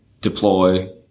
deploy